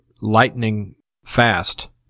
lightning-fast